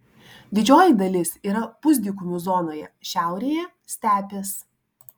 didžioji dalis yra pusdykumių zonoje šiaurėje stepės